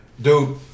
Dude